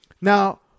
Now